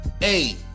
Hey